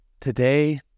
Today